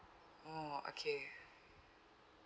oh okay